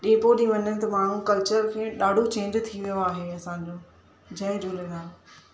ॾींहं पोइ ॾीहं वञनि था माण्हू कल्चर खे ॾाढो चेंज थी वियो आहे असांजो जय झूलेलाल